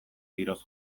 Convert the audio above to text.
tiroz